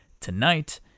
tonight